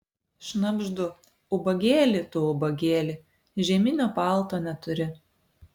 šnabždu ubagėli tu ubagėli žieminio palto neturi